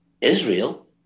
Israel